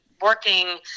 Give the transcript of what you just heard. working